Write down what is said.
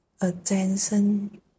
attention